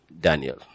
Daniel